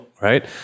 right